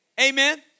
Amen